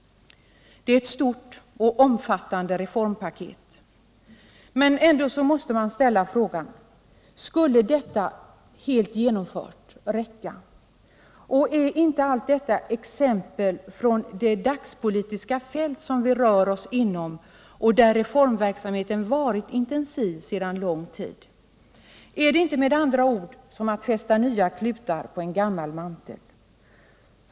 Det är ett stort och omfattande reformpaket. Men ändå måste man ställa frågan: Skulle detta, helt genomfört, räcka? Och är inte allt detta exempel från det dagspolitiska fält som vi rör oss på och där reformverksamheten har varit intensiv sedan lång tid? Är det inte med andra ord som att fästa nya klutar på en gammal mantel?